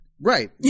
Right